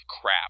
crap